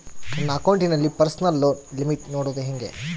ನನ್ನ ಅಕೌಂಟಿನಲ್ಲಿ personal loan limit ನೋಡದು ಹೆಂಗೆ?